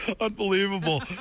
Unbelievable